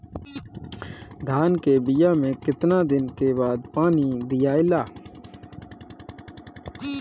धान के बिया मे कितना दिन के बाद पानी दियाला?